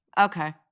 Okay